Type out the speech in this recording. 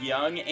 Young